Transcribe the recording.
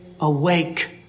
awake